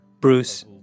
Bruce